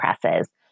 presses